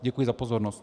Děkuji za pozornost.